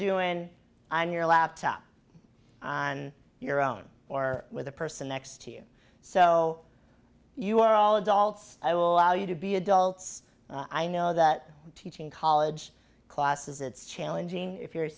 i'm your laptop on your own or with the person next to you so you are all adults i will allow you to be adults i know that teaching college classes it's challenging if you're a